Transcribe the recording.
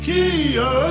Kia